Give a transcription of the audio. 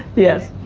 yes.